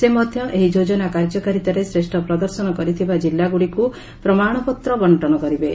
ସେ ମଧ୍ୟ ଏହି ଯୋଜନା କାର୍ଯ୍ୟକାରିତାରେ ଶ୍ରେଷ୍ଠ ପ୍ରଦର୍ଶନ କରିଥିବା ଜିଲ୍ଲାଗୁଡ଼ିକୁ ପ୍ରମାଣପତ୍ର ବଙ୍କନ କରିବେ